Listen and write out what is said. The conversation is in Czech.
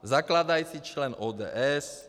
Zakládající člen ODS.